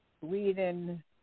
Sweden